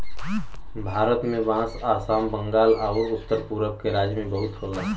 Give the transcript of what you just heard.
भारत में बांस आसाम, बंगाल आउर उत्तर पुरब के राज्य में बहुते होला